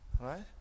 Right